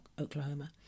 Oklahoma